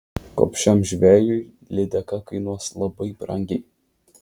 gobšiam žvejui lydeka kainuos labai brangiai